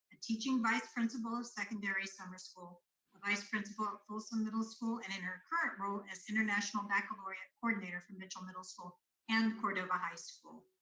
a teaching vice-principal of secondary summer school vice-principal at folsom middle school, and in her current role as international baccalaureate coordinator for mitchell middle school and cordova high school.